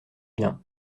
bien